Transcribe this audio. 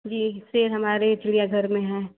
जी शेर हमारे चिड़ियाघर में हैं